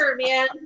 man